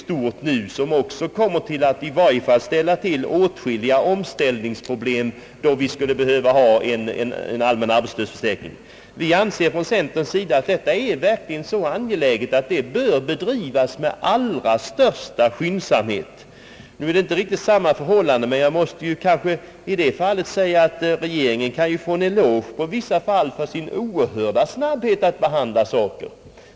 Det kommer också att i varje fall betyda åtskilliga omställningsproblem, och därför vore det bra med en allmän arbetslöshetsförsäkring. Inom centerpartiet anser vi att detta är så angeläget att utredningen bör bedrivas med den allra största skyndsamhet. även om förhållandet här inte är detsamma, så måste jag kanske ändå säga att regeringen ibland kän få en eloge för sin oerhörda snabbhet att behandla saker och ting.